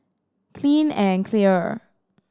Clean and Clear